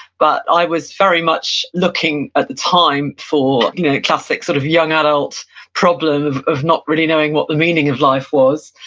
but i was very much looking, at the time, for a classic, sort of young adult problem of of not really knowing what the meaning of life was.